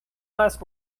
last